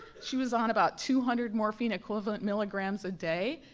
she was on about two hundred morphine-equivalent milligrams a day,